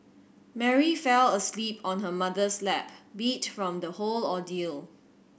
Mary fell asleep on her mother's lap beat from the whole ordeal